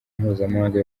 mpuzamahanga